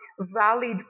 valid